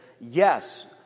yes